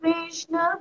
Vishnu